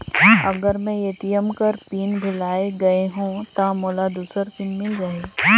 अगर मैं ए.टी.एम कर पिन भुलाये गये हो ता मोला दूसर पिन मिल जाही?